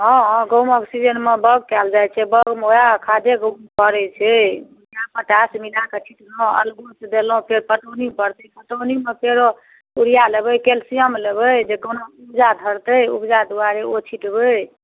हँ गहूॅंमक सीजनमे बाग कयल जाइ छै बाग मे वएह खादे गहूॅंम परै छै पोटाश मिलाके छिटलहुॅं अलगो सँ देलहुॅं फेर पटौनी परतै पटौनी मे फेर यूरिया लेबै केल्सियम लेबै जे कोना उपजा धरते उपजा दुआरे ओ छिटबै